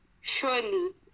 surely